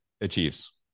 achieves